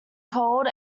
cold